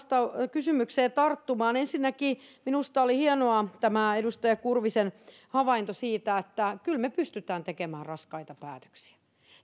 kysymykseen tarttumaan ensinnäkin minusta oli hienoa tämä edustaja kurvisen havainto siitä että kyllä me pystymme tekemään raskaita päätöksiä